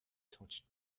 touched